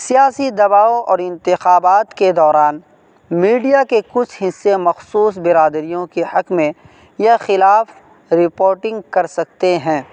سیاسی دباؤ اور انتخابات کے دوران میڈیا کے کچھ حصے مخصوص برادریوں کے حق میں یا خلاف رپوٹنگ کر سکتے ہیں